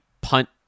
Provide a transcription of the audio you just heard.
punt